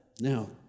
Now